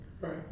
Right